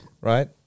Right